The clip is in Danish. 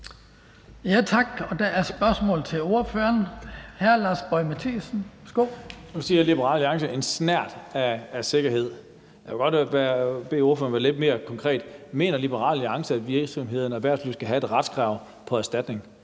Mathiesen, værsgo. Kl. 19:53 Lars Boje Mathiesen (UFG): Nu siger Liberal Alliance »en snert af sikkerhed«. Jeg vil godt bede ordføreren være lidt mere konkret. Mener Liberal Alliance, at virksomhederne og erhvervslivet skal have et retskrav på erstatning,